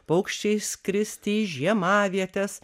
paukščiai išskristi į žiemavietes